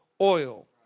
oil